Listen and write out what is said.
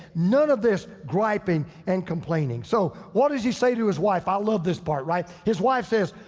none of this griping and complaining. so what does he say to his wife? i love this part, right? his wife says,